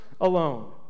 alone